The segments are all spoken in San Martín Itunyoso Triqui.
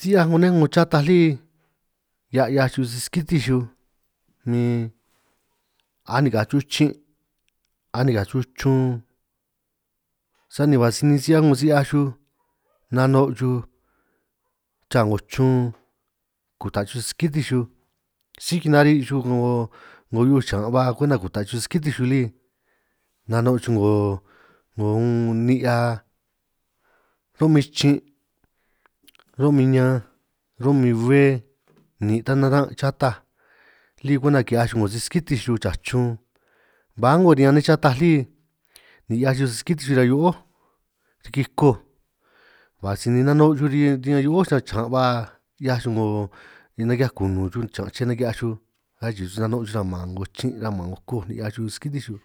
Si 'hiaj 'ngo nej chataj lí hiaj 'hiaj xuj siskitinj xuj ni anikaj xuj 'ngo chin' anikaj xuj chrun, sani ba sinin si 'hiaj 'ngo si 'hiaj xuj nanon' xuj raa 'ngo chrun kuta' chuj siskitinj xuj, si kanari' xuj 'ngo hiu'uj xan ba kwengta kuta' xuj siskitinj li nanon' xuj 'ngo un ni'hia, ro'min chin' ro'min ñanj ro'min bbé nin' ta naran' chataj lí kwenta ki'hiaj xuj 'ngo skitinj xuj raa chrun, ba a'ngo riñan nej chataj lí ni 'hiaj xuj siskitinj xuj riñan hio'ój riki koj ba sinin nanon' xuj riñan hio'ój, sa chiñan' ba 'hiaj xuj 'ngo ni naki'hiaj kunun xuj chiñan' che naki'hiaj xuj, achi'i xuj nano' xuj sa man 'ngo chin' ñan 'ngo koj ni 'hiaj siskitinj xuj,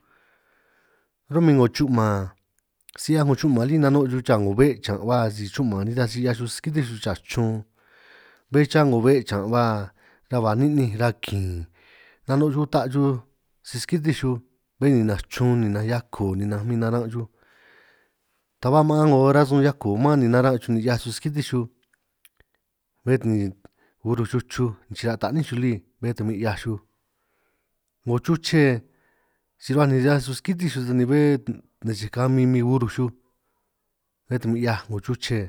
ro'min 'ngo chu'man si 'hiaj 'ngo chu'man lí ni nano' xuj raa 'ngo be' chiñan' ba, si chu'man ni nitaj si 'hiaj xuj siskitinj xuj raa chrun bé chaa 'ngo be', chiñan' ba ta ba ni'ninj rakin nanon' xuj uta xuj siskitinj xuj, bé ninanj chrun ninanj hiako ninanj min naran' xuj, ta ba maan 'ngo rasun hiako man ni naran xuj ni 'hiaj xuj siskitinj, bé ta ni urruj xuj chruj ni chirra' taní xuj lí bé ta min 'hiaj xuj, 'ngo chuche si rruhua ni 'hiaj xuj siskitinj xuj sani bé nej sij kamin min urruj xuj, bé ta min 'hiaj 'ngo chuche.